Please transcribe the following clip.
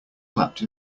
clapped